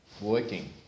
working